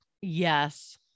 yes